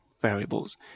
variables